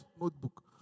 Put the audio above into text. notebook